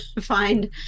find